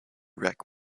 wreck